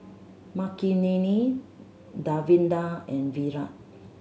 Makineni Davinder and Virat